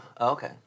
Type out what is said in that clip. Okay